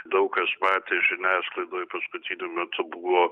daug kas matė žiniasklaidoj paskutiniu metu buvo